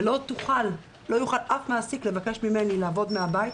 ולא יוכל אף מעסיק לבקש ממני לעבוד מהבית,